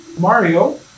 Mario